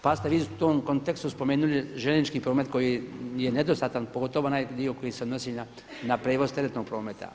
Pa ste vi u tom kontekstu spomenuli željeznički promet koji je nedostatan pogotovo onaj dio koji se odnosi na prijevoz teretnog prometa.